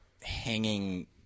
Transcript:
hanging